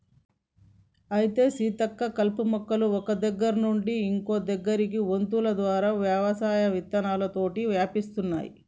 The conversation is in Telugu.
అయితే సీతక్క కలుపు మొక్కలు ఒక్క దగ్గర నుండి ఇంకో దగ్గరకి వొంతులు ద్వారా వ్యవసాయం విత్తనాలతోటి వ్యాపిస్తాయి